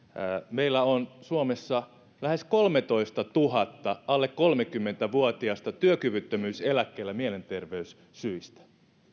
meillä on suomessa lähes kolmelletoistatuhannelle alle kolmekymmentä vuotiasta työkyvyttömyyseläkkeellä mielenterveyssyistä